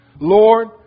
Lord